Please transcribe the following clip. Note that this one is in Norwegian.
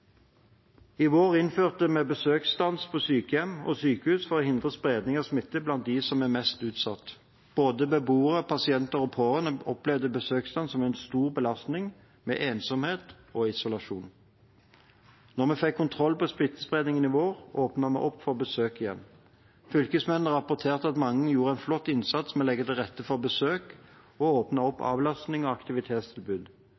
I vår innførte vi besøksstans på sykehjem og sykehus for å hindre spredning av smitte blant dem som er mest utsatt. Både beboere, pasienter og pårørende opplevde besøksstans som en stor belastning, med ensomhet og isolasjon. Da vi fikk kontroll på smittespredningen i vår, åpnet vi opp for besøk igjen. Fylkesmennene rapporterte at mange gjorde en flott innsats med å legge til rette for besøk og åpne opp